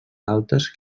altes